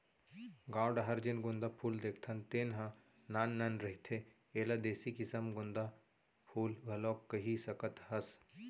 गाँव डाहर जेन गोंदा फूल देखथन तेन ह नान नान रहिथे, एला देसी किसम गोंदा फूल घलोक कहि सकत हस